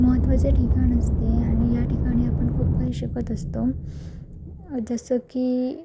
महत्त्वाचे ठिकाण असते आणि या ठिकाणी आपण खूप काही शिकत असतो जसं की